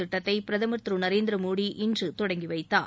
திட்டத்தை பிரதமர் திரு நரேந்திர மோடி இன்று தொடங்கி வைத்தார்